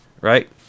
right